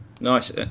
Nice